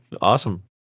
awesome